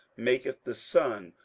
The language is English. maketh the son,